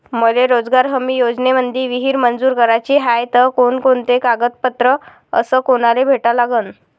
मले रोजगार हमी योजनेमंदी विहीर मंजूर कराची हाये त कोनकोनते कागदपत्र अस कोनाले भेटा लागन?